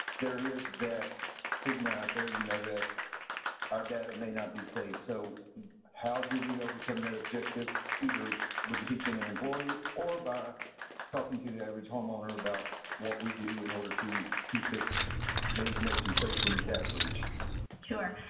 there is that stigma out there, you know, that our data may not be safe. so how do we overcome that objective, either with teaching an employee, or by talking to the average homeowner about what we do in order to keep it the information safe from data breach? kaile bower sure.